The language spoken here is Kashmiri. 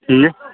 ٹھیٖک